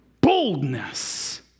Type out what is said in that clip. Boldness